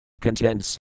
Contents